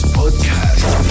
podcast